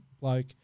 bloke